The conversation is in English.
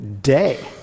day